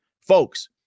Folks